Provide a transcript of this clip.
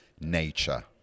nature